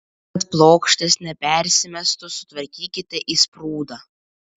kad plokštės nepersimestų sutvarkykite įsprūdą